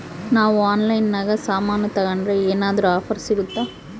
ನಾವು ಆನ್ಲೈನಿನಾಗ ಸಾಮಾನು ತಗಂಡ್ರ ಏನಾದ್ರೂ ಆಫರ್ ಸಿಗುತ್ತಾ?